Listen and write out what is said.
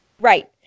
Right